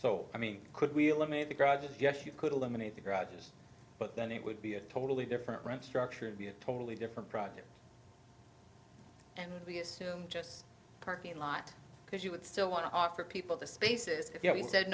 so i mean could we eliminate the garden yes you could eliminate the grasses but then it would be a totally different structure and be a totally different project and we assume just a parking lot because you would still want to offer people the spaces i